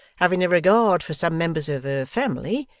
having a regard for some members of her family,